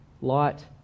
light